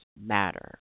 matter